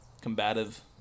combative